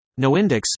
Noindex